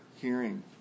hearing